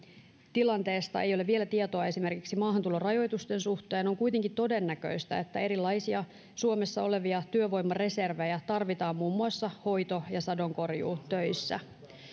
tilanteesta ei ole vielä tietoa esimerkiksi maahantulorajoitusten suhteen on kuitenkin todennäköistä että erilaisia suomessa olevia työvoimareservejä tarvitaan muun muassa hoito ja sadonkorjuutöissä